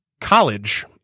college